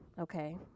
Okay